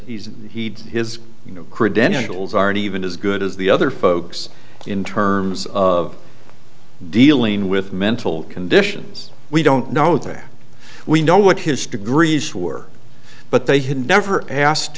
heeds his credentials aren't even as good as the other folks in terms of dealing with mental conditions we don't know that we know what his degrees were but they had never asked